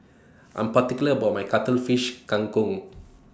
I Am particular about My Cuttlefish Kang Kong